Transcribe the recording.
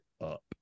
up